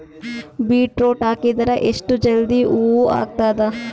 Beetroot ಹಾಕಿದರ ಎಷ್ಟ ಜಲ್ದಿ ಹೂವ ಆಗತದ?